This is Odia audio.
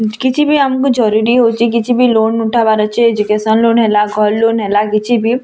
କିଛି ବି ଆମକୁ ଜରୁରୀ ହଉଛି କିଛି ବି ଲୋନ୍ ଉଠାବାର୍ ଅଛି ଏଜୁକେସନ୍ ଲୋନ୍ ହେଲା ଘର୍ ଲୋନ୍ ହେଲା କିଛି ବି